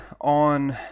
on